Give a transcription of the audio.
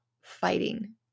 fighting